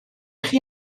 chi